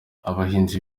abahinzi